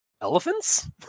Elephants